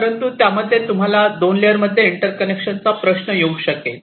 परंतु त्यामध्ये तुम्हाला दोन लेअर मध्ये इंटर्कनेक्शन चा प्रश्न येऊ शकेल